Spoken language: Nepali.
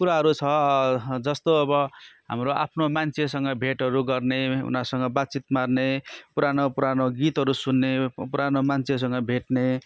कुराहरू छ जस्तो अब हाम्रो आफ्नो मान्छेसँग भेटहरू गर्ने उनीहरूसँग बातचित मार्ने पुरानो पुरानो गीतहरू सुन्ने पुरानो मान्छेहरूसँग भेट्ने